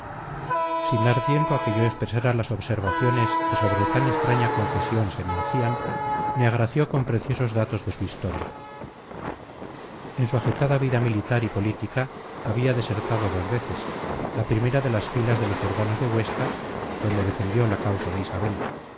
sin dar tiempo a que yo expresara las observaciones que sobre tan extraña confesión se me hacían me agració con preciosos datos de su historia en su agitada vida militar y política había desertado dos veces la primera de las filas de los urbanos de huesca donde defendió la causa de isabel